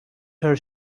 her